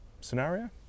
scenario